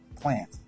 plant